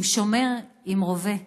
שומר עם רובה,